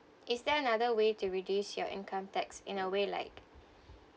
is there another way to reduce your income tax in a way like